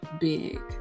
big